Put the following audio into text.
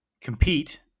compete